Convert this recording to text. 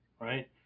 right